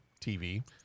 TV